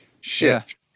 shift